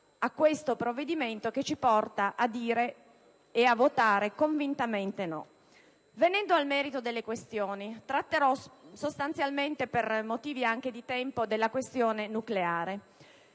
al provvedimento, che ci porta a dire e a votare convintamente no. Venendo al merito delle questioni, tratterò sostanzialmente, anche per motivi di tempo, la questione nucleare.